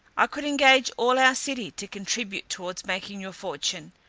i could engage all our city to contribute towards making your fortune,